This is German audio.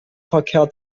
verkehrt